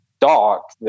dark